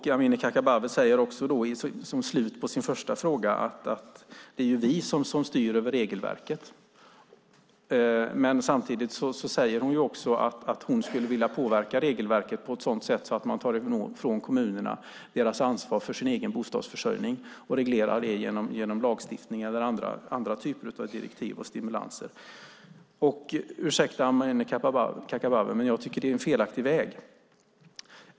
Amineh Kakabaveh sade att vi styr över regelverket. Samtidigt säger Amineh Kakabaveh att hon skulle vilja påverka regelverket så att kommuner fråntas ansvaret för sin egen bostadsförsörjning och reglera det genom lagstiftning eller andra typer av direktiv och stimulanser. Ursäkta mig, Amineh Kakabaveh, men jag tycker att det är en felaktig väg.